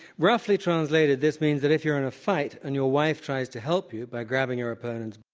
roughly translated, this means that if you're in a fight, and your wife tries to help you by grabbing your opponent's